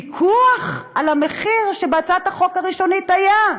פיקוח על המחיר, שבהצעת החוק הראשונית היה,